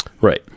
Right